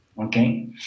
Okay